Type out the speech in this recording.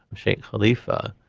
sheikh khalifa.